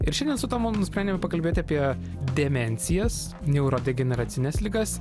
ir šiandien su tomu nusprendėme pakalbėti apie demencijas neurodegeneracines ligas